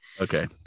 Okay